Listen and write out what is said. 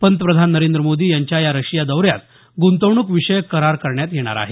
पंतप्रधान नरेंद्र मोदी यांच्या या रशिया दौऱ्यात गुंतवणूकविषयक करार करण्यात येणार आहेत